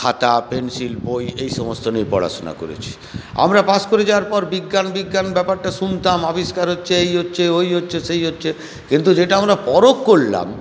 খাতা পেন্সিল বই এই সমস্ত নিয়ে পড়াশুনা করেছি আমরা পাশ করে যাওয়ার পর বিজ্ঞান বিজ্ঞান ব্যাপারটা শুনতাম আবিষ্কার হচ্ছে এই হচ্ছে ওই হচ্ছে সেই হচ্ছে কিন্তু যেটা আমরা পরখ করলাম